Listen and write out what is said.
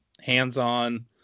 hands-on